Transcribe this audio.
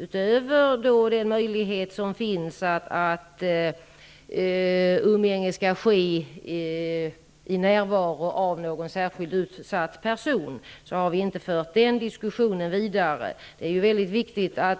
Utöver den möjlighet som finns att låta umgänge ske i närvaro av någon särskilt utsedd person har vi inte fört diskussionen om kontaktpersoner vidare. Det är ju väldigt viktigt att